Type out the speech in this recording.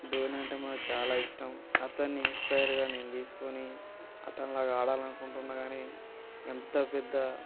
ధోనీ అంటే మాకు చాలా ఇష్టం అతన్ని ఇన్స్పైర్గా నేను తీసుకుని అతనిలాగా ఆడాలి అనుకుంటున్నాను కానీ ఎంత పెద్ద